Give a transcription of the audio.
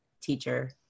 teacher